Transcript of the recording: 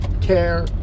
Care